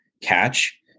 catch